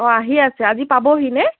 অঁ আহি আছে আজি পাবহিনে